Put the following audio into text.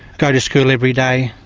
go to school every day,